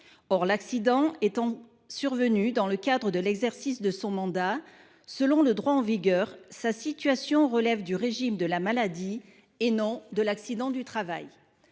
Or l’accident étant survenu dans le cadre de l’exercice de son mandat, selon le droit en vigueur, sa situation relève du régime de la maladie et non de l’accident du travail.